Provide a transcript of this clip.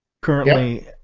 currently